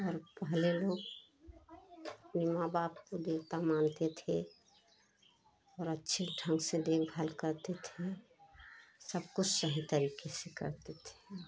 और पहले लोग अपने माँ बाप को देवता मानते थे और अच्छे ढंग से देखभाल करते थे सब कुछ सही तरीके से करते थे